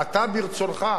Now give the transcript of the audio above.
אתה מרצונך,